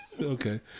Okay